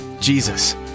Jesus